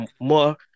more